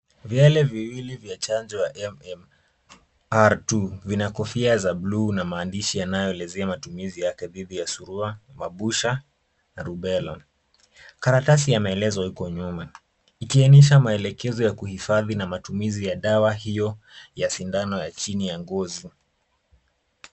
Viwele viwili vya chanjo ya M-M-R II, vina kofia za buluu na maandishi yanayoelezea matumizi yake dhidi ya surua, mapusha na rubela. Karatasi ya maelezo iko nyuma, ikiainisha maelekezo ya kuhifadhi na matumizi ya dawa hiyo ya sindano ya chini ya ngozi.